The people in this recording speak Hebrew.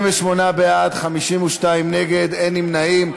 38 בעד, 52 נגד, אין נמנעים.